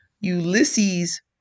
Ulysses